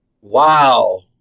Wow